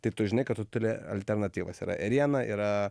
tai tu žinai kad tu turi alternatyvas yra ėriena yra